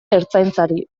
ertzaintzari